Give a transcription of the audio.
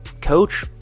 coach